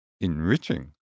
enriching